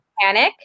panic